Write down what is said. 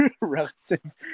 relative